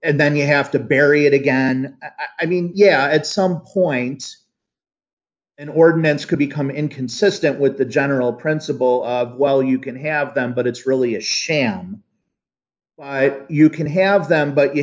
and then you have to bury it again i mean yeah at some points an ordinance could become inconsistent with the general principle while you can have them but it's really a sham you can have them but you